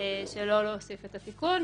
שלא להוסיף את התיקון.